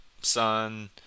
sun